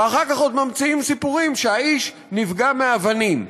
ואחר כך עוד ממציאים סיפורים שהאיש נפגע מאבנים.